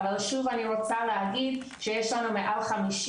אבל שוב אני רוצה להגיד שיש לנו מעל 50